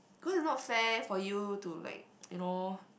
cause it's not fair for you to like you know